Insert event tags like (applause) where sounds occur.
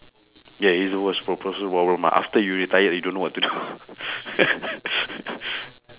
ya he's the most problem first world problem ah after you retired you don't know what to do (laughs)